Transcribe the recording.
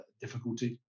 difficulty